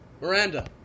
Miranda